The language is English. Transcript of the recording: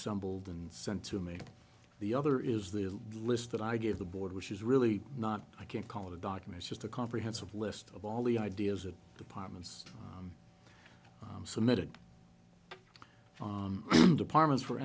build and sent to me the other is the list that i give the board which is really not i can't call it a document just a comprehensive list of all the ideas that departments submitted departments were